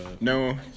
No